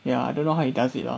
ya I don't know how he does it lah